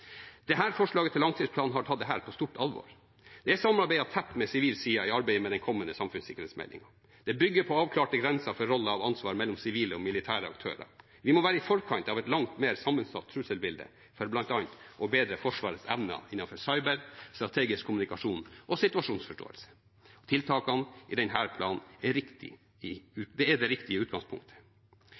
forslaget til langtidsplan har tatt dette på stort alvor. Det er samarbeidet tett med sivil side i arbeidet med den kommende samfunnssikkerhetsmeldingen. Det bygger på avklarte grenser for roller og ansvar mellom sivile og militære aktører. Vi må være i forkant av et langt mer sammensatt trusselbilde for bl.a. å bedre Forsvarets evne innenfor cyber, strategisk kommunikasjon og situasjonsforståelse. Tiltakene i denne planen er det riktige utgangspunktet. Ivaretakelsen av samfunnssikkerhet er